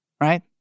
Right